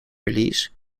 release